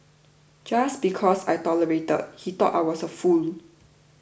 just because I tolerated he thought I was a fool